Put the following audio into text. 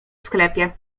sklepie